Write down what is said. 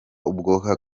ubwa